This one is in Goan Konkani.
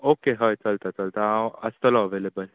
ओके हय चलता चलता हांव आसतलो अवेलेबल